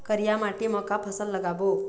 करिया माटी म का फसल लगाबो?